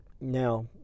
Now